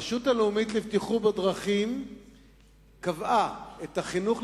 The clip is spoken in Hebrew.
הרשות הלאומית לבטיחות בדרכים קבעה את החינוך